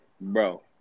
Bro